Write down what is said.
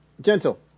Gentle